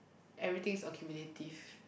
everything is accumulative